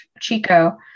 Chico